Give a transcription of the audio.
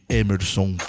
Emerson